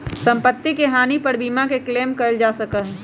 सम्पत्ति के हानि पर बीमा के क्लेम कइल जा सका हई